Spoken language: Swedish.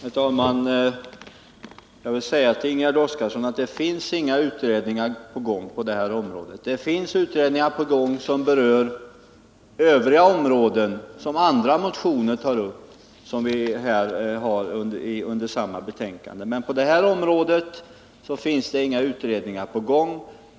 Herr talman! Jag vill säga till Ingegärd Oskarsson att det finns inga utredningar på gång på detta område. Det finns utredningar på gång som berör övriga områden, och det är andra motioner som behandlas i samma betänkande som tar upp dem.